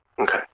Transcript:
okay